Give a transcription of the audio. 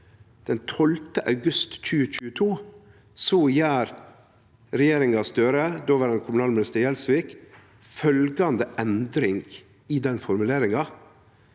Den 12. august 2022 gjer regjeringa Støre, med dåverande kommunalminister Gjelsvik, følgjande endring i den formuleringa,